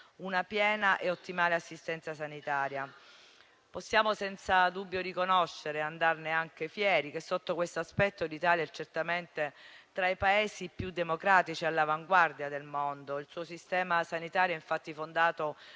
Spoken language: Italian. una piena e ottimale assistenza sanitaria. Possiamo senza dubbio riconoscere e andarne anche fieri che, sotto questo aspetto, l'Italia è certamente tra i Paesi più democratici e all'avanguardia del mondo: il suo sistema sanitario è infatti fondato